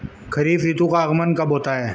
खरीफ ऋतु का आगमन कब होता है?